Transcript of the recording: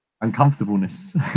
uncomfortableness